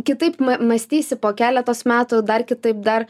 kitaip mąstysi po keletos metų dar kitaip dar